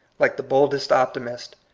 like the boldest optimist,